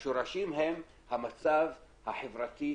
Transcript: השורשים הם המצב החברתי,